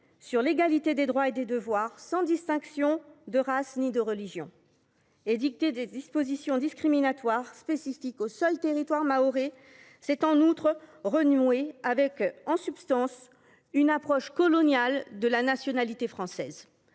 sur l’égalité des droits et des devoirs, sans distinction de race ni de religion. » Édicter des dispositions discriminatoires et spécifiques au seul territoire mahorais, c’est, en substance, renouer avec une approche coloniale de la nationalité française.